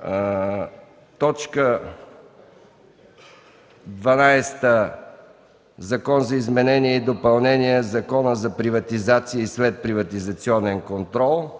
т. 12 – Закон за изменение и допълнение на Закона за приватизация и следприватизационен контрол;